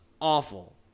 awful